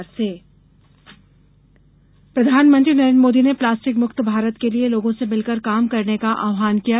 मन की बात प्रधानमंत्री नरेन्द्र मोदी ने प्लास्टिक मुक्त भारत के लिये लोगों से मिलकर काम करने का आहवान किया है